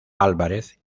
álvarez